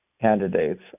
candidates